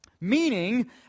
Meaning